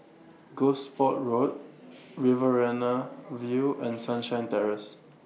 Gosport Road Riverina View and Sunshine Terrace